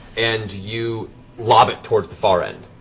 and you lob it towards the far end.